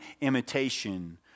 imitation